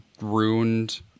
ruined